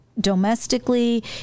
Domestically